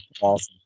awesome